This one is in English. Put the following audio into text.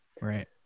right